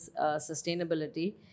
sustainability